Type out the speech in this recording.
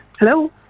Hello